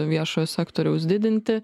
viešojo sektoriaus didinti